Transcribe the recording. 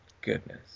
Goodness